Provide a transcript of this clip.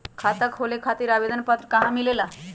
खाता खोले खातीर आवेदन पत्र कहा मिलेला?